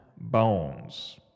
bones